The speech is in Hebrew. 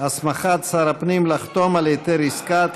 (הסמכת שר הפנים לחתום על היתר עסקה),